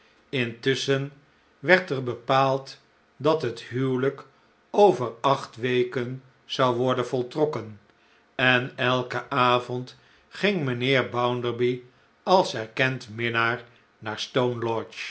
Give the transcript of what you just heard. intusschen werd er bepaald dat het huwelijk over acht weken zou worden voltrokken en elken avond ging mijnheer bounderby als erkend minnaar naar